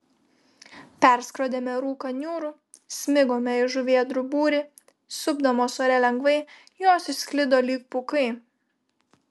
perskrodėme rūką niūrų smigome į žuvėdrų būrį supdamos ore lengvai jos išsklido lyg pūkai